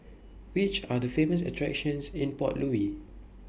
Which Are The Famous attractions in Port Louis